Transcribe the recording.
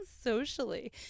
socially